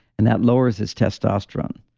and that lowers his testosterone.